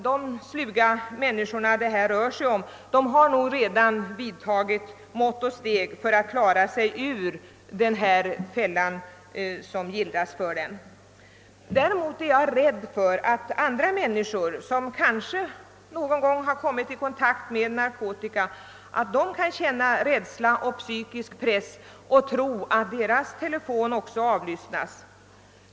De sluga människor det här rör sig om har nog redan vidtagit mått och steg för att klara sig ur den fälla som gillras för dem. Däremot är jag rädd för att andra människor, som kanske någon gång har kommit i kontakt med narkotika, kan känna rädsla och psykisk press och tro att deras telefoner också avlyssnas.